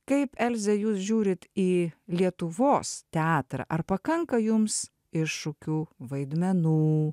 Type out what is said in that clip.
kaip elze jūs žiūrit į lietuvos teatrą ar pakanka jums iššūkių vaidmenų